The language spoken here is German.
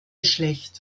schlecht